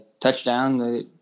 touchdown